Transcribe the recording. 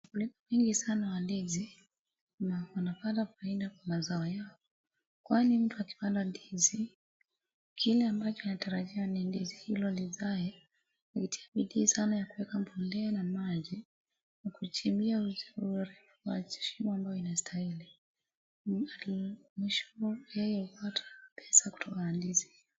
Wakulima wengi sana wa ndizi, na wanapata faida kwa mazao yao. Kwani mtu akipanda ndizi, kile ambacho anatarajia ni ndizi hilo lizae. Anatia bidii sana ya kueka mbolea na maji, na kuchimbia vizuri kwa shimo ambayo inastahili. Mwisho yeye hupata pesa kutokana na ndizi.